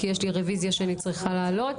כי יש לי רביזיה שאני צריכה לעלות,